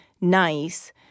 nice